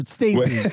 Stacy